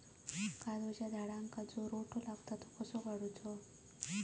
काजूच्या झाडांका जो रोटो लागता तो कसो काडुचो?